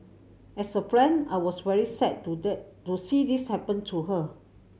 as a friend I was very sad to to see this happen to her